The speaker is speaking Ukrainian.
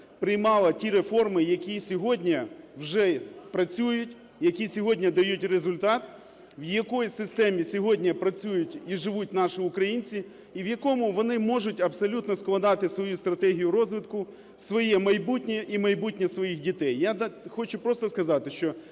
приймала ті реформи, які сьогодні вже працюють, які сьогодні дають результат, в якій системі сьогодні працюють і живуть наші українці і в якому вони можуть абсолютно складати свою стратегію розвитку, своє майбутнє і майбутнє своїх дітей. Я хочу просто сказати, що